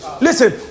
listen